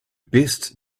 best